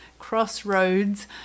Crossroads